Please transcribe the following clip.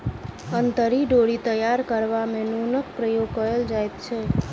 अंतरी डोरी तैयार करबा मे नूनक प्रयोग कयल जाइत छै